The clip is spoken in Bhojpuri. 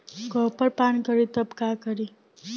कॉपर पान करी तब का करी?